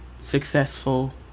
Successful